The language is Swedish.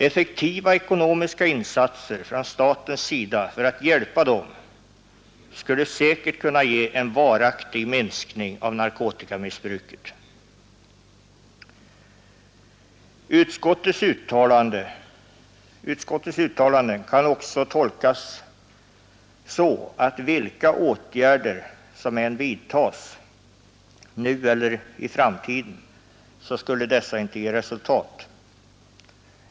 Effektiva ekonomiska insatser från statens sida för att hjälpa dem skulle säkert kunna resultera i en varaktig minskning av narkotikamissbruket. Utskottets uttalande kan tolkas så att vilka åtgärder som än vidtas nu eller i framtiden, så blir de resultatlösa.